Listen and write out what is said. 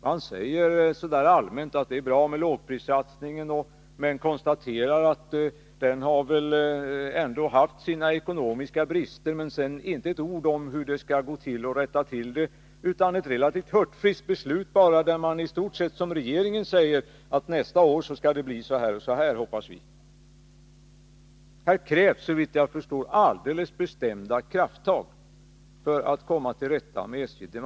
Man säger rent allmänt att det är bra med lågprissatsningen men att den har haft sina ekonomiska brister. Men sedan inte ett ord om hur man skall kunna rätta till det. Det blir bara ett relativt hurtfriskt uttalande, där mani stort sett instämmer med regeringen och säger att ”nästa år skall det bli så här, hoppas vi”. Här krävs såvitt jag förstår bestämda krafttag för att komma till rätta med SJ:s problem.